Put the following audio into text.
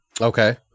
Okay